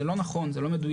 זה לא נכון, זה לא מדויק.